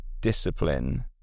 Discipline